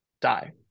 die